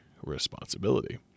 responsibility